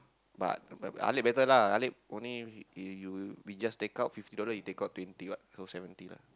but but Alif better lah Alif only you we just take out fifty dollar take out twenty what so seventy